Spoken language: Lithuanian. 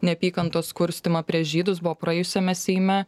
neapykantos kurstymą prieš žydus buvo praėjusiame seime